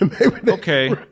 Okay